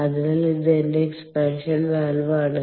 അതിനാൽ ഇത് എന്റെ എക്സ്പ്പാൻഷൻ വാൽവ് ആണ്